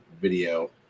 video